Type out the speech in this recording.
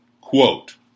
Quote